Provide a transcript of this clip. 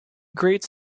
great